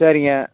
சரிங்க